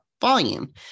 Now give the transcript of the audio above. volume